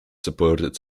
supported